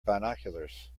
binoculars